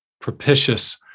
propitious